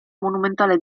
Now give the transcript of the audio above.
monumentale